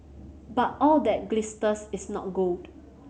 but all that glisters is not gold